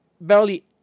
barely